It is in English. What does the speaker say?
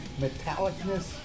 metallicness